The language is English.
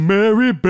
Mary